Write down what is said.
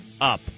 up